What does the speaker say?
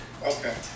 Okay